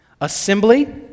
assembly